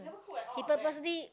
he purposely